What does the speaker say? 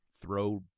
throw